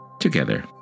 together